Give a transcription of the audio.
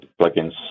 plugins